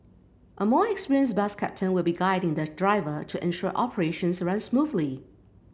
a more experienced bus captain will be guiding the driver to ensure operations run smoothly